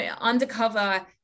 undercover